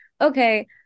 Okay